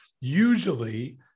Usually